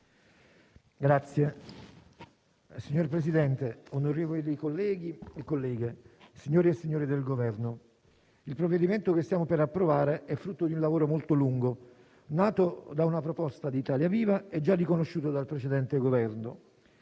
Signor Presidente, onorevoli colleghi e colleghe, signori e signore del Governo, il provvedimento che stiamo per approvare è frutto di un lavoro molto lungo, nato da una proposta di Italia Viva e già riconosciuto dal precedente Governo.